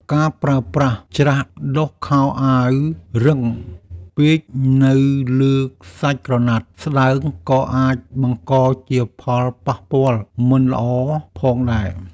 ការប្រើប្រាស់ច្រាសដុសខោអាវរឹងពេកនៅលើសាច់ក្រណាត់ស្តើងក៏អាចបង្កជាផលប៉ះពាល់មិនល្អផងដែរ។